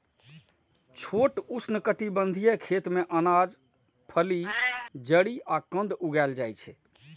छोट उष्णकटिबंधीय खेत मे अनाज, फली, जड़ि आ कंद उगाएल जाइ छै